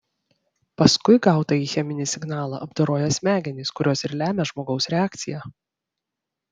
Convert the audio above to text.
paskui gautąjį cheminį signalą apdoroja smegenys kurios ir lemia žmogaus reakciją